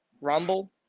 Rumble